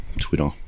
twitter